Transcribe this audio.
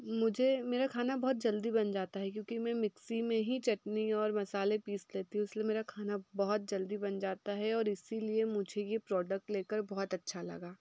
मुझे मेरा खाना बोहोत जल्दी बन जाता है क्योंकि मैं मिक्सी में ही चटनी और मसाले पीस लेती हूँ इस लिए मेरा खाना बहुत जल्दी बन जाता है और इसी लिए मुझे ये प्रोडक ले कर बहुत अच्छा लगा